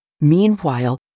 Meanwhile